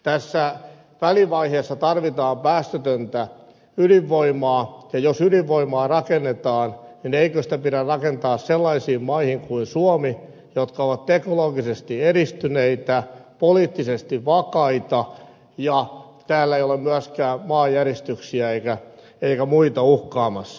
tässä välivaiheessa tarvitaan päästötöntä ydinvoimaa ja jos ydinvoimaa rakennetaan niin eikö sitä pidä rakentaa sellaisiin maihin kuin suomi jotka ovat teknologisesti edistyneitä poliittisesti vakaita ja joissa ei ole myöskään maanjäristyksiä eikä muita uhkaamassa